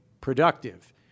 productive